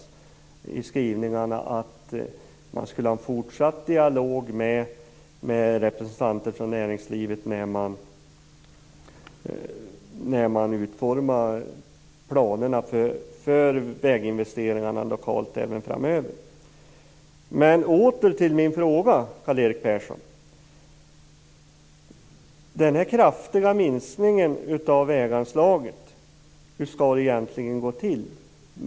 Där står det att man skall ha en fortsatt dialog med representanter för näringslivet när man utformar planerna för väginvesteringarna lokalt även framöver. Men åter till min fråga, Karl-Erik Persson. Hur skall egentligen den här kraftiga minskningen av väganslaget gå till?